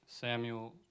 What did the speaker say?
Samuel